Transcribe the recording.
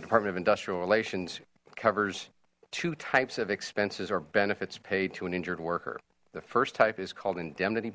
department of industrial relations covers two types of expenses or benefits paid to an injured worker the first type is called inde